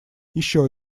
еще